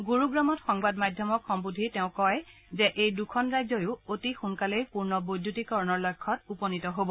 গুৰুগ্ৰামত সংবাদ মাধ্যমক সন্নোধি তেওঁ কয় যে এই দুখন ৰাজ্যয়ো অতি সোনকালেই পূৰ্ণ বৈদ্যুতিকৰণৰ লক্ষ্যত উপনীত হব